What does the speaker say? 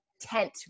tent